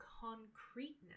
concreteness